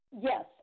Yes